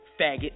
faggot